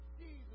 Jesus